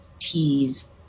teas